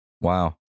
Wow